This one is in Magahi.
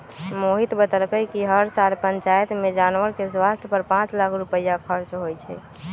मोहित बतलकई कि हर साल पंचायत में जानवर के स्वास्थ पर पांच लाख रुपईया खर्च होई छई